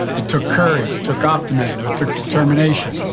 it took courage, it took optimism, it took determination.